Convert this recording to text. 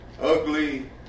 ugly